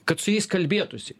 kad su jais kalbėtųsi